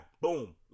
boom